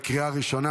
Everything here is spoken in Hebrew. לקריאה ראשונה.